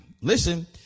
listen